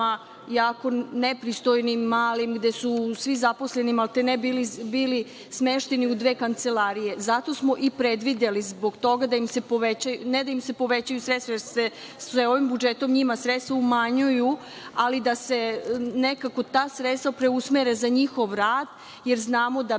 jako nepristojnim, malim gde su svi zaposleni maltene bili smešteni u dve kancelarije. Zato smo i predvideli ne da im se povećaju sredstva, jer se ovim budžetom sredstva njima umanjuju, ali da se nekako ta sredstva preusmere za njihov rad, jer znamo da